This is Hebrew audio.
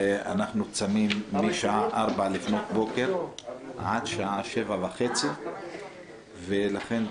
ואנחנו צמים משעה 04:00 עד 19:30. ולכן,